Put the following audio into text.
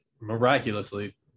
miraculously